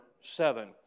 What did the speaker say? seven